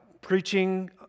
Preaching